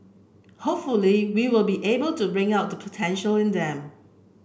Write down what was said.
hopefully we will be able to bring out the potential in them